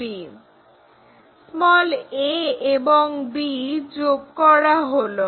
a এবং b যোগ করা হলো